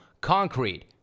Concrete